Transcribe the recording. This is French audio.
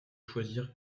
choisir